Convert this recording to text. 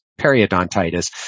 periodontitis